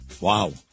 Wow